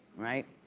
right.